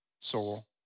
soul